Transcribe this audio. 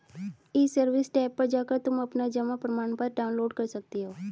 ई service tab पर जाकर तुम अपना जमा प्रमाणपत्र डाउनलोड कर सकती हो